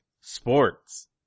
sports